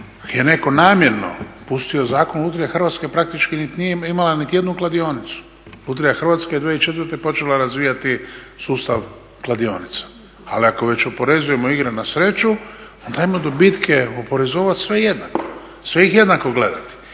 netko namjerno pustio Zakon lutrije Hrvatske i praktički nije imala niti jednu kladionicu Lutrija Hrvatske je 2004.počela razvijati sustav kladionica. Ali ako već oporezujemo igre na sreću onda ajmo dobitke oporezovati sve jednako, sve ih jednako gledati.